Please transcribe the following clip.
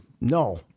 No